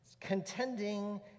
Contending